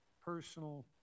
personal